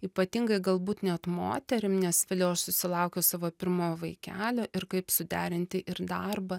ypatingai galbūt net moterim nes vėliau aš susilaukiau savo pirmo vaikelio ir kaip suderinti ir darbą